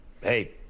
hey